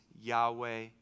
Yahweh